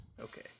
Okay